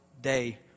day